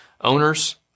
owners